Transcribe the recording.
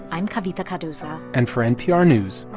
i'm kavitha cardoza and for npr news,